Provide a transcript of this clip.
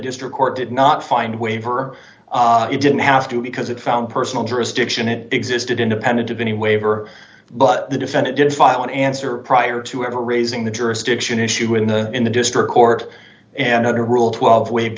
district court did not find a waiver you didn't have to because it found personal jurisdiction it existed independent of any waiver but the defendant did file an answer prior to ever raising the jurisdiction issue in the in the district court and under rule twelve waved